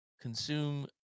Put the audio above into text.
Consume